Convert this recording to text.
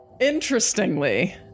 interestingly